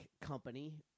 company